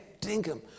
dinkum